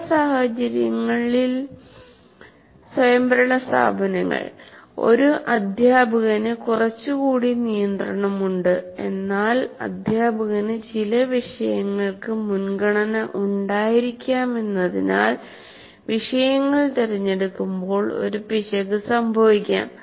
ചില സാഹചര്യങ്ങളിൽ സ്വയംഭരണ സ്ഥാപനങ്ങൾ ഒരു അദ്ധ്യാപകന് കുറച്ചുകൂടി നിയന്ത്രണമുണ്ട് എന്നാൽ അധ്യാപകന് ചില വിഷയങ്ങൾക്ക് മുൻഗണന ഉണ്ടായിരിക്കാമെന്നതിനാൽ വിഷയങ്ങൾ തിരഞ്ഞെടുക്കുമ്പോൾ ഒരു പിശക് സംഭവിക്കാം